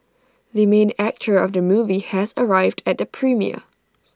the main actor of the movie has arrived at the premiere